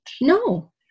No